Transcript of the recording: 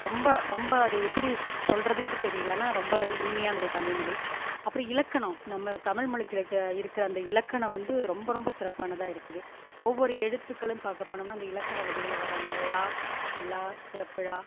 ரொம்ப ரொம்ப அது எப்படி சொல்கிறதுங்கிறது தெரியல ஆனால் ரொம்ப இனிமையானது தமிழ் மொழி அப்புறம் இலக்கணம் நம்ம தமிழ் மொழிக்லைக்க இருக்கற அந்த இலக்கணம் வந்து ரொம்ப ரொம்ப சிறப்பானதாக இருக்குது ஒவ்வொரு எழுத்துக்களும் பார்க்கப் போனோம்னால் அந்த இலக்கண வடிவில் வர அந்த ள ல சிறப்பு ழ